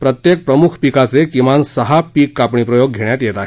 प्रत्येक प्रमुख पिकाचे किमान सहा पिक कापणी प्रयोग घेण्यात येत आहेत